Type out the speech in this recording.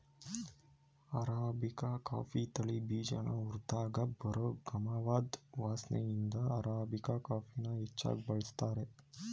arabica coffee ತಳಿ ಬೀಜನ ಹುರ್ದಾಗ ಬರೋ ಗಮವಾದ್ ವಾಸ್ನೆಇಂದ ಅರಾಬಿಕಾ ಕಾಫಿನ ಹೆಚ್ಚಾಗ್ ಬಳಸ್ತಾರೆ